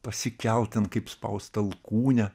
pasikelt ten kaip spaust tą alkūnę